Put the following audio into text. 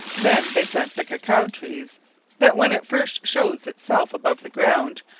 then they plant the cacao trees that when it first shewes it selfe above the ground,